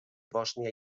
bòsnia